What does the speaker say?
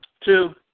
Two